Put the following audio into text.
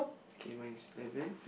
okay mine is eleven